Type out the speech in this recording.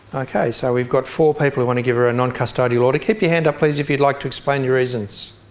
okay, so we've got four people who want to give her a non-custodial order. keep your hand up please if you'd like to explain your reasons.